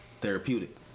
therapeutic